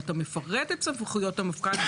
ואתה מפרט את סמכויות המפכ"ל,